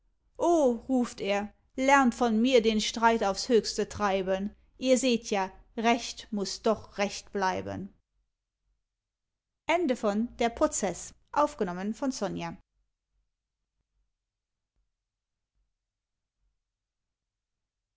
ruft er lernt von mir den streit aufs höchste treiben ihr seht ja recht muß doch recht bleiben